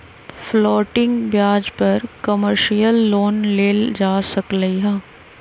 floating ब्याज पर commercial loan लेल जा सकलई ह